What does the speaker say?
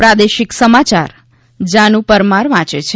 પ્રાદેશિક સમાચાર જાનુ પરમાર વાંચે છે